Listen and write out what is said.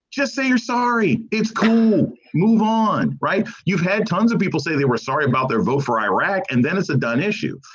just say you're sorry. it's called move on. right. you've had tons of people say they were sorry about their vote for iraq. and then it's a done issue.